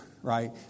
Right